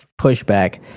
pushback